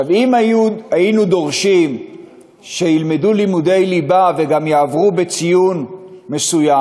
אם היינו דורשים שילמדו לימודי ליבה וגם יעברו בציון מסוים,